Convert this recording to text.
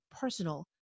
personal